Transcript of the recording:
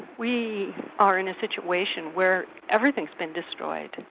we are in a situation where everything has been destroyed, and